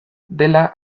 dela